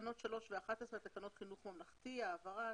תקנות 3 ו-11 לתקנות חינוך ממלכתי (העברה),